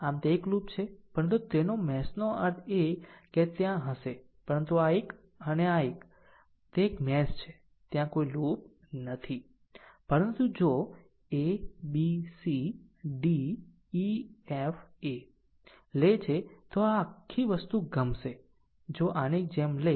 આમ તે એક લૂપ છે પરંતુ તેનો મેશ નો અર્થ છે કે ત્યાં હશે પરંતુ આ એક અને આ એક તે એક મેશ છે તેમાં કોઈ લૂપ નથી પરંતુ જો a b c d e f a લે છે તો આ આખી વસ્તુ ગમશે જો આની જેમ લે